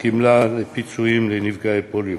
גמלת פיצויים לנפגעי פוליו.